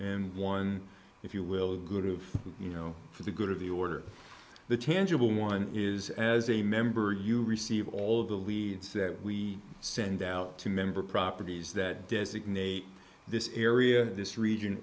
and one if you will goof you know for the good of the order the tangible one is as a member you receive all of the leads that we send out to member properties that designate this area this region